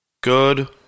Good